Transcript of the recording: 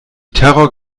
terror